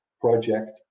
project